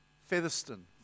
Featherston